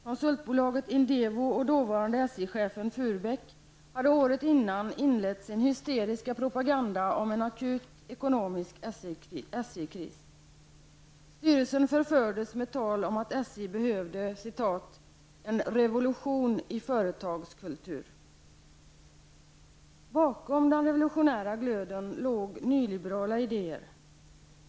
Konsultbolaget Indevo och dåvarande SJ-chefen Furbäck hade året innan inlett sin hysteriska propaganda om en akut ekonomisk behövde ''en revolution i företagskultur''. Bakom den ''revolutionära'' glöden låg nyliberala idéer.